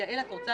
אני רוצה